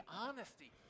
honesty